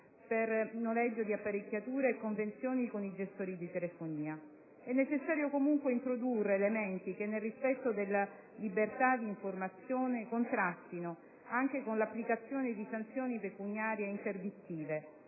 per noleggio di apparecchiature e convenzioni con i gestori di telefonia. È necessario comunque introdurre elementi che, nel rispetto della libertà di informazione, contrastino, anche con l'applicazione di sanzioni pecuniarie interdittive,